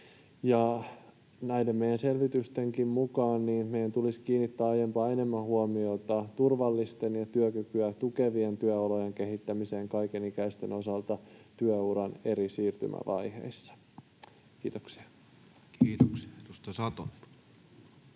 Näiden meidän selvitystenkin mukaan meidän tulisi kiinnittää aiempaa enemmän huomiota turvallisten ja työkykyä tukevien työolojen kehittämiseen kaikenikäisten osalta työuran eri siirtymävaiheissa. — Kiitoksia. Kiitoksia.